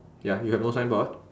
ya you have no signboard